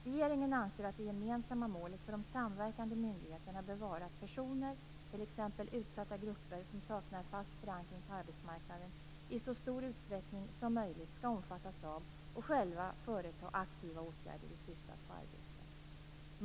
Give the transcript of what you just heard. Regeringen anser att det gemensamma målet för de samverkande myndigheterna bör vara att personer i t.ex. utsatta grupper som saknar fast förankring på arbetsmarknaden i så stor utsträckning som möjligt skall omfattas av och själva företa aktiva åtgärder i syfte att få arbete.